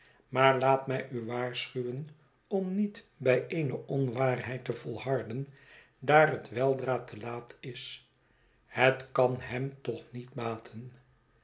maar laat mij u waarschuwen om niet bij eene onwaarheid te volharden daar het weldra te laat is het kan hem toch niet baton